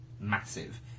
massive